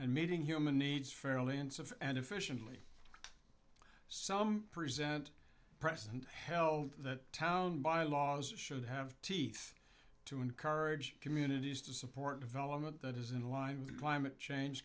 and mating human needs fairly insofar and efficiently some present president held that town bylaws should have teeth to encourage communities to support development that is in line with climate change